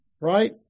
right